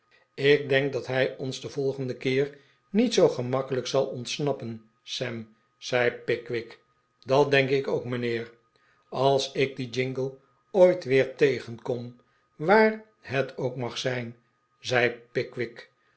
ik denk dat hij ons een volgenden keer niet zoo gemakkelijk zal ontsnappen sam zei pickwick dat denk ik ook mijnheer ais ik dien jingle ooit weer tegenkom waar het ook mag zijn zei pickwick